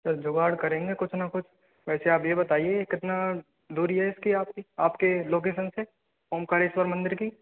sir जुगाड़ करेंगे कुछ ना कुछ वैसे आप ये बताइए कितना दूरी है इसकी आपकी आपके लोकेशन से ओमकारेश्वर मंदिर की